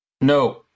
No